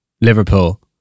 Liverpool